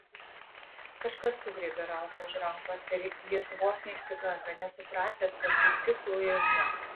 kažkas sugriebė ralfą už rankos ir jis vos neišsigando nesupratęs kad tai tik luiza